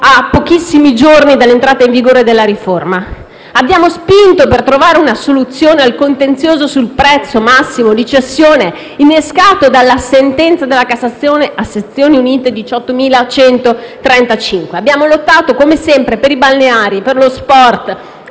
a pochissimi giorni dall'entrata in vigore della riforma. Abbiamo spinto per trovare una soluzione al contenzioso sul prezzo massimo di cessione innescato dalla sentenza n. 18135 della Cassazione a sezioni unite. Abbiamo lottato come sempre per i balneari, per lo sport